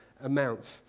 amount